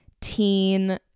teen